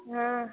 हाँ